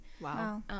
Wow